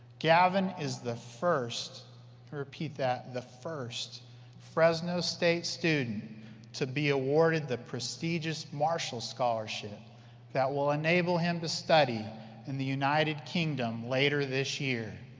gavin is the first let's repeat that, the first fresno state student to be awarded the prestigious marshall scholarship that will enable him to study in the united kingdom later this year.